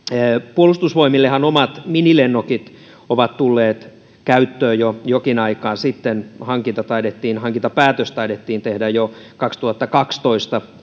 puolustusvoimillehan omat minilennokit ovat tulleet käyttöön jo jokin aika sitten hankintapäätös taidettiin tehdä jo kaksituhattakaksitoista